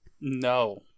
No